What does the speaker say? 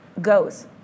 goes